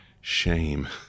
shame